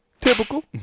Typical